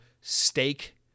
steak